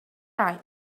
right